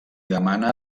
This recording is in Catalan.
demana